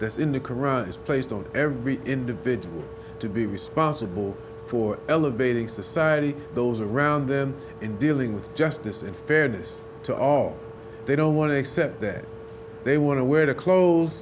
that's in the qur'an is placed on every individual to be responsible for elevating society those around them in dealing with justice and fairness to all they don't want to accept that they want to wear the clothes